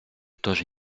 тоже